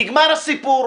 נגמר הסיפור.